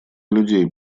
людей